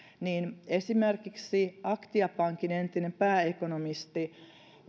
niin esimerkiksi aktia pankin entinen pääekonomisti